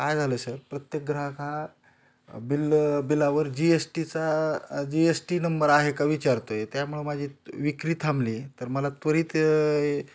काय झालं सर प्रत्येक ग्राहक हा बिल बिलावर जी एस टीचा जी एस टी नंबर आहे का विचारतो आहे त्यामुळं माझी विक्री थांबली आहे तर मला त्वरित